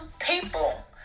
people